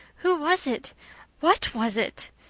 who was it what was it?